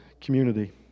community